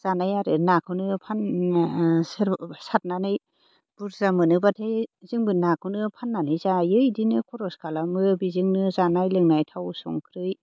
जानाय आरो नाखौनो फानना सोरबा सारनानै बुरजा मोनोबाथाय जोंबो नाखौनो फाननानै जायो बिदिनो खरस खालामो बेजोंनो जानाय लोंनाय थाव संख्रि